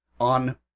on